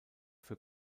für